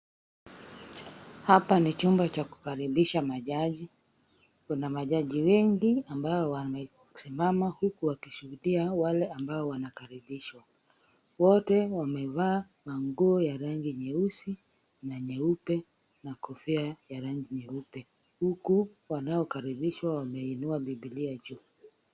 Hapa ni chumba cha kukaribisha majaji. Tuna majaji wengi ambao wamesimama huku wakishuhudia wale ambao wanakaribishwa. Wote wamevaa nguo za rangi nyeusi na nyeupe na kofia ya rangi nyeupe. Huku wanaokaribishwa, wameinua biblia juu.